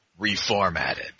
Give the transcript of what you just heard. reformatted